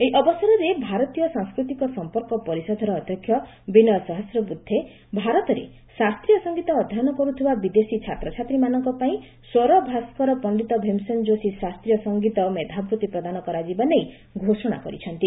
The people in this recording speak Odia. ଏହି ଅବସରରେ ଭାରତୀୟ ସାଂସ୍କୃତିକ ସମ୍ପର୍କ ପରିଷଦର ଅଧ୍ୟକ୍ଷ ବିନୟ ସହସ୍ରବୁଦ୍ଧେ ଭାରତରେ ଶାସ୍ତ୍ରୀୟ ସଙ୍ଗୀତ ଅଧ୍ୟୟନ କରୁଥିବା ବିଦେଶୀ ଛାତ୍ରଛାତ୍ରୀମାନଙ୍କ ପାଇଁ ସ୍ୱର ଭାସ୍କର ପଣ୍ଡିତ ଭୀମସେନ ଯୋଶୀ ଶାସ୍ତ୍ରୀୟ ସଙ୍ଗୀତ ମେଧାବୃତ୍ତି ପ୍ରଦାନ କରାଯିବା ନେଇ ଘୋଷଣା କରିଛନ୍ତି